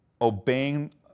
obeying